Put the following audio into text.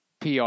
PR